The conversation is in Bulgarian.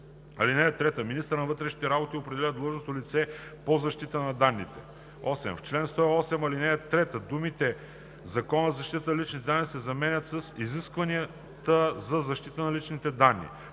ал. 3: „(3) Министърът на вътрешните работи определя длъжностно лице по защита на данните.“ 8. В чл. 108, ал. 3 думите „Закона за защита на личните данни“ се заменят с „изискванията за защита на личните данни“.